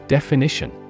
Definition